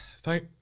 thank